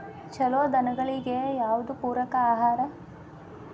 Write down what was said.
ಛಲೋ ದನಗಳಿಗೆ ಯಾವ್ದು ಪೂರಕ ಆಹಾರ?